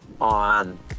on